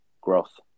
growth